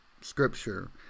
scripture